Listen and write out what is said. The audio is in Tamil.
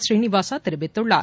ஸ்ரீநிவாசா தெரிவித்துள்ளார்